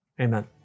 Amen